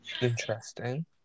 interesting